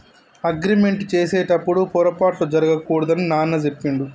agreement చేసేటప్పుడు పొరపాట్లు జరగకూడదు అని నాన్న చెప్పిండు